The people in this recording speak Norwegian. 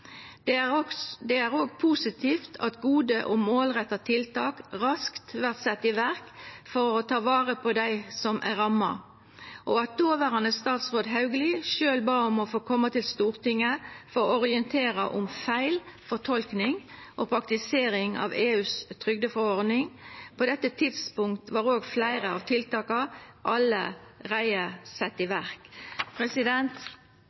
Det er òg positivt at gode og målretta tiltak raskt vert sette i verk for å ta vare på dei som er ramma, og at dåverande statsråd Hauglie sjølv bad om å få koma til Stortinget for å orientera om feil fortolking og praktisering av EUs trygdeforordning. På dette tidspunktet var òg fleire av tiltaka allereie sette i